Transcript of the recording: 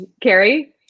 Carrie